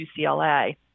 UCLA